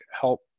help